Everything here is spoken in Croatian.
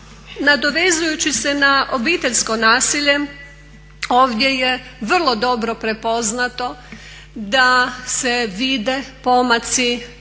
Nadovezujući se na obiteljsko nasilje ovdje je vrlo dobro prepoznato da se vide pomaci dionika